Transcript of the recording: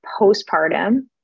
postpartum